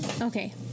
okay